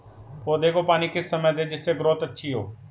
पौधे को पानी किस समय दें जिससे ग्रोथ अच्छी हो?